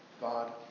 God